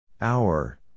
Hour